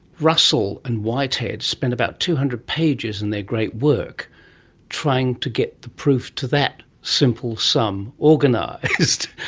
russell and whitehead spent about two hundred pages in their great work trying to get the proof to that simple sum organised.